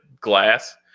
glass